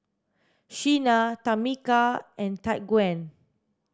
Sheena Tamica and Tyquan